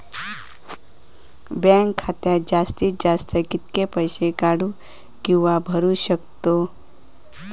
Bank खात्यात जास्तीत जास्त कितके पैसे काढू किव्हा भरू शकतो?